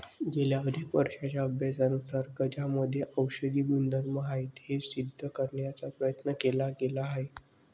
गेल्या अनेक वर्षांच्या अभ्यासानुसार गांजामध्ये औषधी गुणधर्म आहेत हे सिद्ध करण्याचा प्रयत्न केला गेला आहे